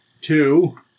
Two